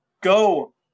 go